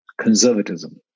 conservatism